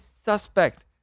suspect